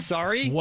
Sorry